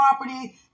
property